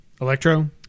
Electro